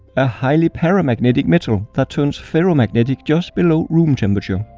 a highly paramagnetic metal, that turns ferromagnetic just below room temperature.